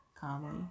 calmly